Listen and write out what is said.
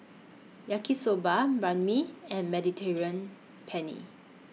Yaki Soba Banh MI and Mediterranean Penne